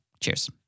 Cheers